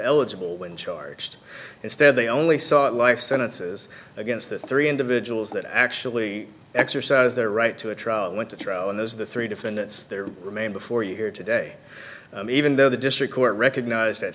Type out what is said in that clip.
eligible when charged instead they only saw life sentences against the three individuals that actually exercise their right to a trial went to trial and those the three defendants there remain before you here today even though the district court recognized that